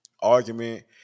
argument